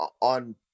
on